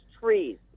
trees